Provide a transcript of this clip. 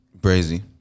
Brazy